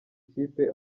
kipe